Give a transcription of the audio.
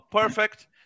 perfect